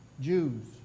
Jews